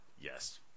Yes